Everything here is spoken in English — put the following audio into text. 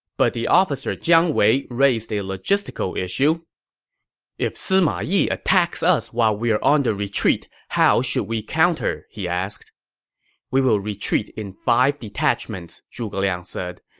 but the officer jiang wei raised a logistical issue if sima yi attacks us while we are on the retreat, how should we counter? he asked we will retreat in five detachments, zhuge liang said.